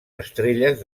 estrelles